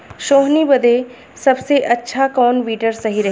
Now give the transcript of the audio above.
सोहनी बदे सबसे अच्छा कौन वीडर सही रही?